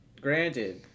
granted